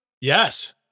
Yes